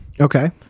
Okay